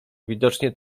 widocznie